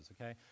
okay